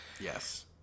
Yes